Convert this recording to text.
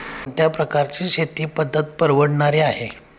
कोणत्या प्रकारची शेती पद्धत परवडणारी आहे?